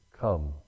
Come